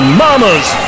mama's